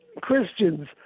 Christians